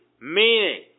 Meaning